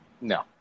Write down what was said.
No